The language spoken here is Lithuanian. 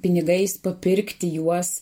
pinigais papirkti juos